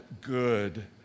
good